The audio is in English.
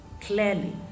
clearly